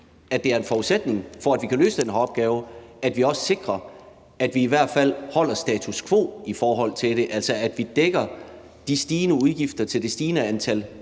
at det er en forudsætning for, at vi kan løse den her opgave, at vi også sikrer, at vi i hvert fald holder status quo i forhold til det, altså at vi dækker de stigende udgifter til det stigende antal